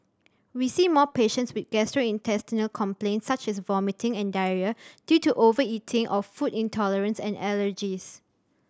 we see more patients with gastrointestinal complaints such as vomiting and diarrhoea due to overeating or food intolerance and allergies